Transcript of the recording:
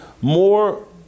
more